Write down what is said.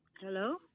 Hello